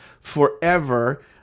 forever